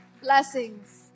Blessings